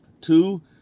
two